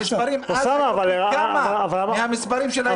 המספרים אז היו פי כמה מהמספרים של היום.